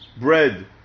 bread